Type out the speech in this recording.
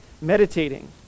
meditating